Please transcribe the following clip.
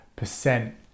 percent